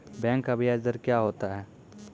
Bank का ब्याज दर क्या होता हैं?